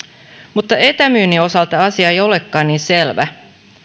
mutta etämyynnin osalta asia ei olekaan niin selvä